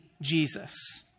Jesus